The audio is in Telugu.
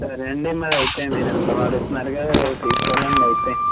సరే అండి మరి అయితే మీరు అంతగా అడుగుతున్నారు కదా ఇక తీసుకెళ్ళండి అయితే